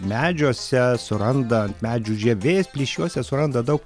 medžiuose suranda medžių žievės plyšiuose suranda daug